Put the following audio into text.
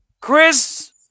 Chris